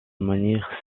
manière